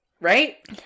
right